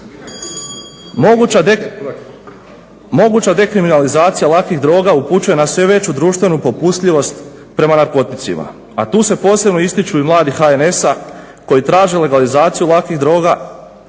Moguća dekriminalizacija lakih droga upućuje na sve veću društvenu popustljivost prema narkoticima, a tu se posebno ističu i mladi HNS-a koji traže legalizaciju lakih droga.